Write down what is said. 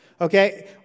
okay